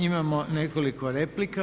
Imamo nekoliko replika.